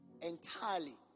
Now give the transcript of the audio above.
entirely